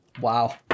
Wow